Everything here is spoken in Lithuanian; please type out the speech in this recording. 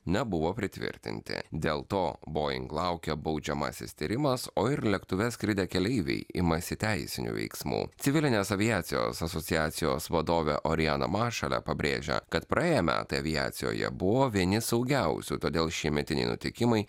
nebuvo pritvirtinti dėl to boeing laukia baudžiamasis tyrimas o ir lėktuve skridę keleiviai imasi teisinių veiksmų civilinės aviacijos asociacijos vadovė orijana maršale pabrėžia kad praėję metai aviacijoje buvo vieni saugiausių todėl šiemetiniai nutikimai